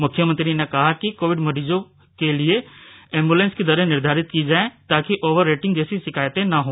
मुख्यमंत्री ने कहा कि कोविड मरीजों हेतु एम्बुलेंस की दरें निर्धारित की जाए ताकी ओवररेटिंग जैसी शिकायत ना हो